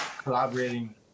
collaborating